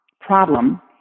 problem